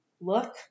look